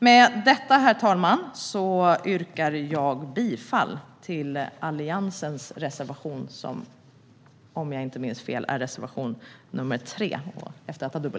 Med detta, herr talman, yrkar jag bifall till Alliansens reservation, som om jag inte minns fel är reservation 3.